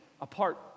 Apart